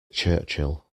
churchill